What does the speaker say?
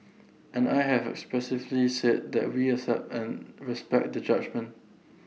and I have expressively said that we accept and respect the judgement